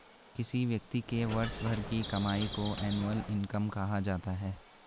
किसी व्यक्ति के वर्ष भर की कमाई को एनुअल इनकम कहा जाता है